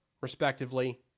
respectively